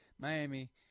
Miami